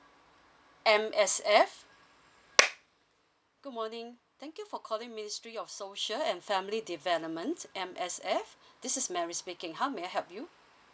M_S_F good morning thank you for calling ministry of social and family development M_S_F this is Mary speaking how may I help you